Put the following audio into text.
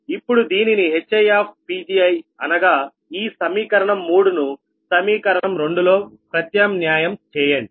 ఇప్పుడు దీనిని HiPgiఅనగా ఈ సమీకరణం మూడును సమీకరణం 2 లో ప్రత్యామ్న్యాయం చేయండి